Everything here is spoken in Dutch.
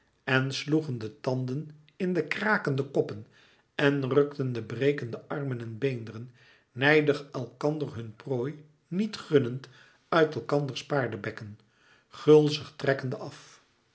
en sloegen de tanden in de krakende koppen en rukten de brekende armen en beenen nijdig elkander hun prooi niet gunnend uit elkanders paardebekken gulzig trekkende af